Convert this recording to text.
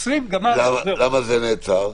למה זה נעצר?